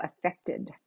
affected